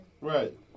Right